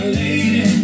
lady